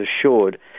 assured